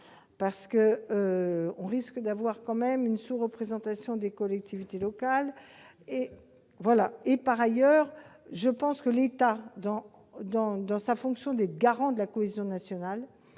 ». On risque d'aboutir à une sous-représentation des collectivités locale. Par ailleurs, je pense que l'État, dans sa fonction de garant de la cohésion nationale,